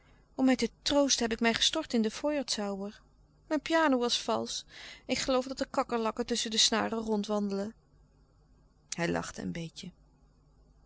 om mij te troosten heb ik mij gestort in den feuerzauber mijn piano was valsch ik geloof dat er kakkerlakken tusschen de snaren rondwandelen louis couperus de stille kracht hij lachte een beetje